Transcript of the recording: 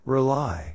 Rely